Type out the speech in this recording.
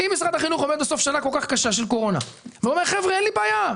אם משרד החינוך אומר בסוף שנה כל כך קשה של קורונה ואומר שאין לו בעיה,